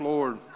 Lord